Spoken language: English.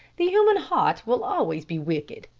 the human heart will always be wicked.